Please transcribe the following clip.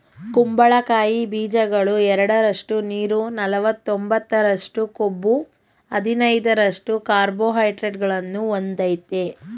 ಕುಂಬಳಕಾಯಿ ಬೀಜಗಳು ಎರಡರಷ್ಟು ನೀರು ನಲವತ್ತೊಂಬತ್ತರಷ್ಟು ಕೊಬ್ಬು ಹದಿನೈದರಷ್ಟು ಕಾರ್ಬೋಹೈಡ್ರೇಟ್ಗಳನ್ನು ಹೊಂದಯ್ತೆ